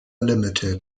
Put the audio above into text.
ltd